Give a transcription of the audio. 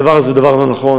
הדבר הזה הוא דבר לא נכון.